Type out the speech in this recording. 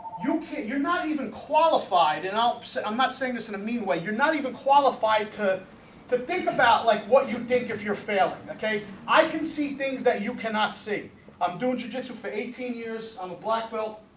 you can't you're not even qualified, and i'll i'm not saying this in a mean way you're not qualified to to think about like what you think if you're failing okay, i can see things that you cannot see i'm doing jujitsu for eighteen years on a black belt